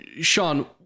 sean